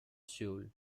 seul